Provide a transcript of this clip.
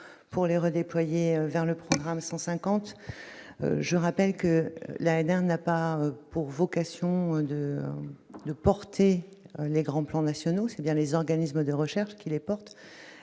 pour les redéployer vers le programme 150. Je rappelle que l'ANR n'a pas pour vocation de porter les grands plans nationaux ; ce sont bien les organismes de recherche qui les portent.